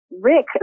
Rick